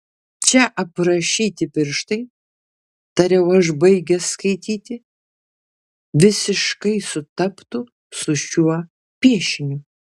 čia aprašyti pirštai tariau aš baigęs skaityti visiškai sutaptų su šiuo piešiniu